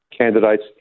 candidates